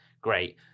Great